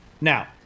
Now